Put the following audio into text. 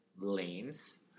Lanes